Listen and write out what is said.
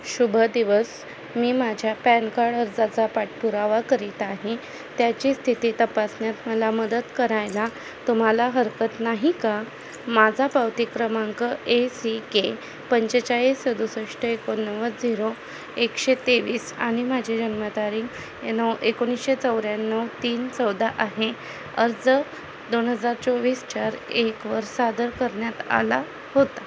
शुभ दिवस मी माझ्या पॅन काड अर्जाचा पाठपुरावा करीत आहे त्याची स्थिती तपासण्यात मला मदत करायला तुम्हाला हरकत नाही का माझा पावती क्रमांक ए सी के पंचेचाळीस सदुसष्ट एकोणनव्वद झिरो एकशे तेवीस आणि माझी जन्मतारीख ए नो एकोणीसशे चौऱ्याण्णव तीन चौदा आहे अर्ज दोन हजार चोवीस चार एकवर सादर करण्यात आला होता